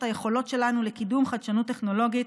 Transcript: היכולות שלנו לקידום חדשנות טכנולוגית